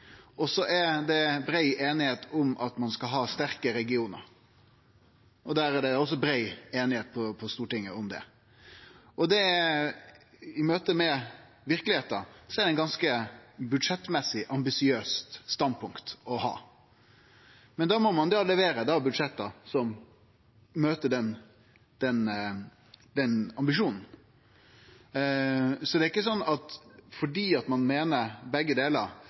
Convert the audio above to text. det. Så er det brei einigheit om at ein skal ha sterke regionar. Det er det også brei einigheit om på Stortinget. I møte med verkelegheita er det budsjettmessig eit ganske ambisiøst standpunkt å ha. Da må ein levere budsjett som møter den ambisjonen. Det er ikkje slik at fordi ein meiner begge delar,